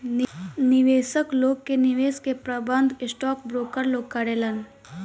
निवेशक लोग के निवेश के प्रबंधन स्टॉक ब्रोकर लोग करेलेन